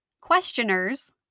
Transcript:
questioners